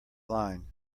line